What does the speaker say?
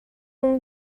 اون